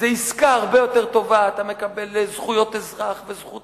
זו עסקה הרבה יותר טובה: אתה מקבל זכויות אזרח וזכות